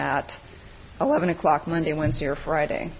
at eleven o'clock monday wednesday or friday